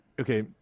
okay